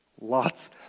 Lots